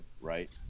right